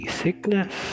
sickness